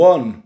One